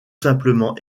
simplement